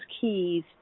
keys